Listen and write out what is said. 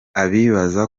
abibaza